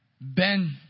Ben